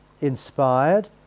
Inspired